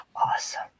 Awesome